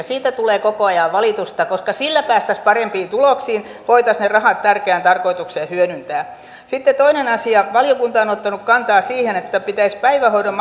siitä tulee koko ajan valitusta sillä päästäisiin parempiin tuloksiin voitaisiin ne rahat tärkeään tarkoitukseen hyödyntää sitten toinen asia valiokunta on ottanut kantaa siihen että pitäisi päivähoidon